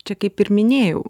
čia kaip ir minėjau